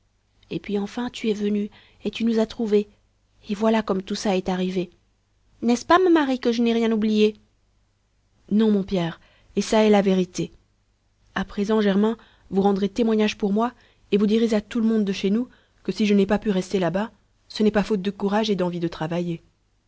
et puis enfin tu es venu et tu nous as trouvés et voilà comme tout ça est arrivé n'est-ce pas ma marie que je n'ai rien oublié non mon pierre et ça est la vérité a présent germain vous rendrez témoignage pour moi et vous direz à tout le monde de chez nous que si je n'ai pas pu rester là-bas ce n'est pas faute de courage et d'envie de travailler